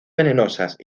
venenosas